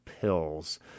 pills